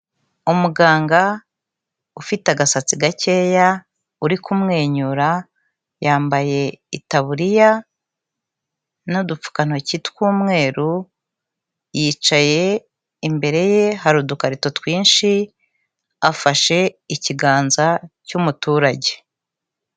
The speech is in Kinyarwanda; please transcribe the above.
Umuganga ufite agasatsi gakeya uri kumwenyura, yambaye itaburiya n'udupfukantoki tw'umweru yicaye, imbere ye hari udukarito twinshi, afashe ikiganza cy'umuturage.